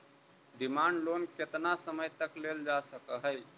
demand loan केतना समय तक लेल जा सकऽ हई